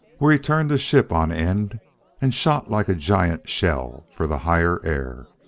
where he turned the ship on end and shot like a giant shell for the higher air.